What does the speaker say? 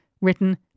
written